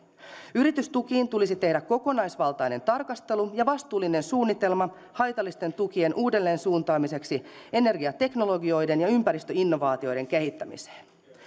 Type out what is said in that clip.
yritystukiin tulisi tehdä kokonaisvaltainen tarkastelu ja vastuullinen suunnitelma haitallisten tukien uudelleensuuntaamiseksi energiateknologioiden ja ympäristöinnovaatioiden kehittämiseen